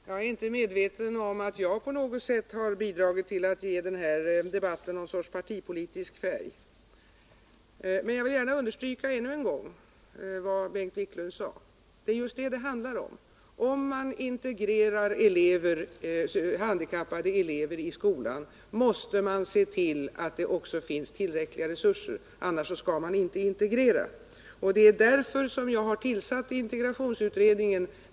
Herr talman! Jag är inte medveten om att jag på något sätt bidragit till att ge debatten någon sorts partipolitisk färg. Jag vill gärna understryka ännu en gång vad Bengt Wiklund sade: vad det handlar om är just att om vi integrerar handikappade elever i skolan måste vi också se till att det finns tillräckliga resurser. Annars skall man inte integrera. Det är därför jag tillsatt integrationsutredningen.